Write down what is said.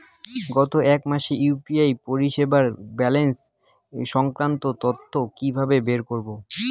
গত এক মাসের ইউ.পি.আই পরিষেবার ব্যালান্স সংক্রান্ত তথ্য কি কিভাবে বের করব?